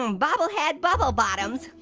um bobble-head bubble bottoms.